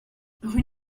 rue